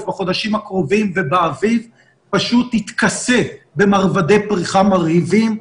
בחודשים הקרובים ובאביב פשוט יתכסה במרבדי פריחה מרהיבים,